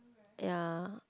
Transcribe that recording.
ya